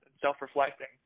self-reflecting